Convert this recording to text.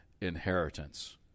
inheritance